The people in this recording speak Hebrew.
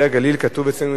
כתוב אצלי ש"פרי הגליל"